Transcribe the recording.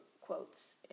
quotes